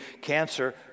cancer